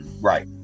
Right